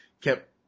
kept